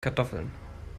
kartoffeln